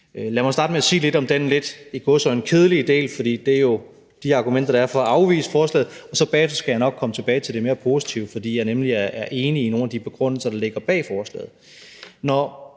Lad mig starte med at sige lidt om den – i gåseøjne – lidt kedelige del, for det er jo de argumenter, der er for at afvise forslaget, og så skal jeg nok bagefter komme tilbage til det mere positive, for jeg er nemlig enig i nogle af de begrundelser, der ligger bag forslaget.